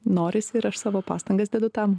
norisi ir aš savo pastangas dedu ten